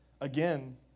again